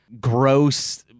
gross